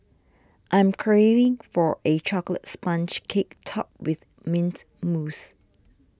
I am craving for a Chocolate Sponge Cake Topped with Mint Mousse